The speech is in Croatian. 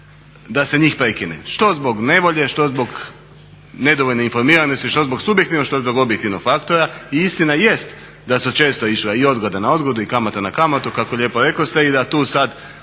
da se njih prekine što zbog nevolje, što zbog nedovoljne informiranost, što zbog subjektivnog, što zbog objektivnog faktora. I istina jest da su često išle i odgode na odgodu, i kamata na kamatu kako lijepo rekoste, i da tu sad